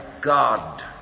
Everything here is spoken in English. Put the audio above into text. God